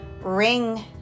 ring